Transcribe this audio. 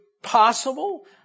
Possible